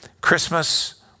Christmas